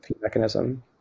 mechanism